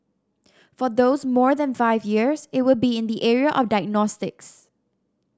for those more than five years it would be in the area of diagnostics